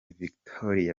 victoria